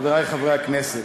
חברי חברי הכנסת,